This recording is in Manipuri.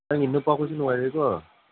ꯅꯪꯒꯤ ꯅꯨꯄꯥꯈꯣꯏꯁꯨ ꯅꯨꯡꯉꯥꯏꯔꯤꯀꯣ